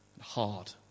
hard